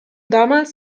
damals